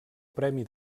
premi